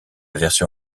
version